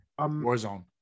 Warzone